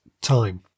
time